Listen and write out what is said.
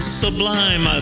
sublime